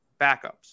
backups